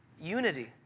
unity